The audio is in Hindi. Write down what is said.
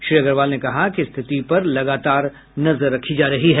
श्री अग्रवाल ने कहा कि स्थिति पर लगातार नजर रखी जा रही है